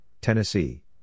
Tennessee